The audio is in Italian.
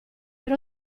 per